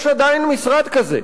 יש עדיין משרד כזה,